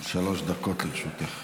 שלוש דקות לרשותך.